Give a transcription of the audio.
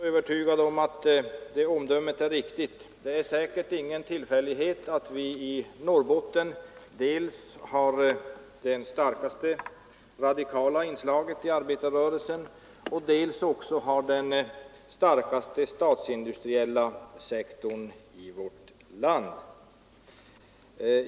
Herr talman! Jag är inte riktigt övertygad om att det omdömet är riktigt. Det är säkerligen ingen tillfällighet att vi i Norrbotten har det starkaste radikala inslaget i arbetarrörelsen och också den starkaste statsindustriella sektorn i vårt land.